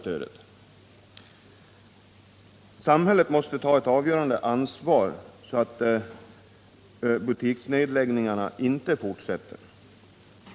Samhället måste ta ett avgörande ansvar för att butiksnedläggningarna inte fortsätter.